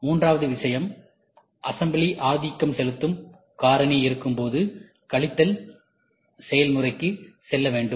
மூன்றாவது விஷயம் அசம்பிளி ஆதிக்கம் செலுத்தும் காரணி இருக்கும்போது கழித்தல் செயல்முறைக்கு செல்ல வேண்டும்